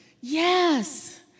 Yes